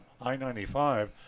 I-95